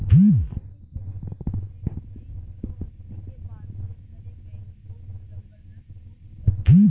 शैवाल के खेती के चलते उनऽइस सौ अस्सी के बाद से ढरे मैंग्रोव जंगल नष्ट हो चुकल बा